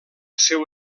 seu